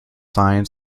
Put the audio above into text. signed